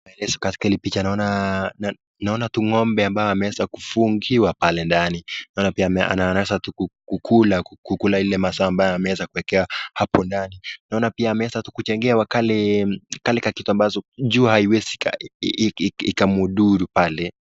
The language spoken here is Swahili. Maelezo katika hili picha naona tu ngombe aliyeweza kufungiwa pale ndani. Naeza kuona anaweza kukula ile mazao ameekewa hapo ndani. Naona pia ameweza kujengewa kale ka kitu ambalo kuziba jua ikamdhuru pale